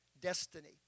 destiny